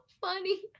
funny